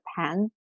Japan